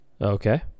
Okay